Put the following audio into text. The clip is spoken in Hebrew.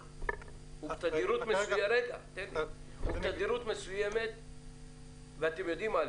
הם בתדירות מסוימת ואתם יודעים עליהם.